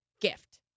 gift